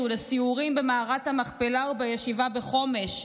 לסיורים במערת המכפלה ובישיבה בחומש,